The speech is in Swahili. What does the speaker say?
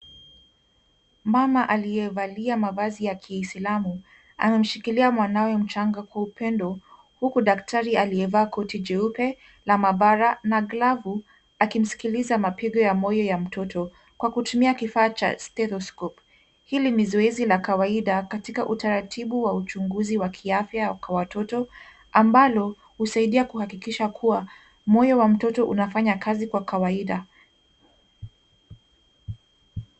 Mama aliyevalia mavazi ya uisilamu amemshikilia mwanawe mchanga kwa upendo huku daktari aliyevaa koti jeupe na mabara na glavu akimsikiliza mapigo ya moyo ya mtoto kwa kutumia kifaa cha stethoscope . Hili ni zoezi la kawaida katika utaratibu wa uchunguzi wa kiafya kwa watoto ambalo husaidia kuhakikisha kuwa moyo wa mtoto unafanya kazi kwa kawaida.